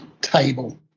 table